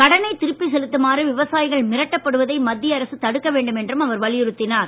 கடனை திருப்பி செலுத்துமாறு விவசாயிகள் மிரட்டப்படுவதை மத்திய அரசு தடுக்க வேண்டும் என்றும் அவர் வலியுறுத்தினார்